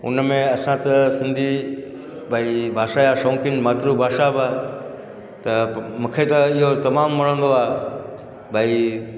हुन में असां त सिंधी भई भाषा जा शौक़ीनु मातृ भाषा बि आहे त मूंखे त इहो तमामु वणंदो आहे भई